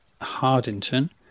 Hardington